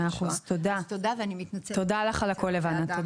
תודה על הכל, לבנה.